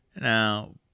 Now